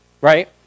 Right